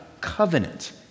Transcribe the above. covenant